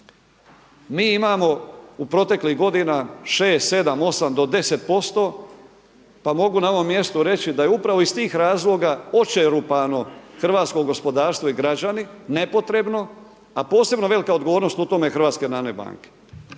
Mi imamo u proteklih godina 6,7,8 do 10% pa mogu na ovom mjestu reći da je upravo iz tih razloga očerupano hrvatsko gospodarstvo i građani nepotrebno, a posebno je velika odgovornost u tome HNB-a.